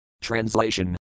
Translation